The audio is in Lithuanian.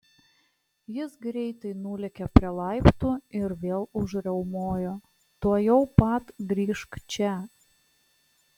jis greitai nulėkė prie laiptų ir vėl užriaumojo tuojau pat grįžk čia